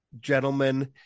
gentlemen